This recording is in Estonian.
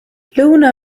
lõuna